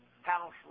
house